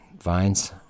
vines